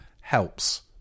helps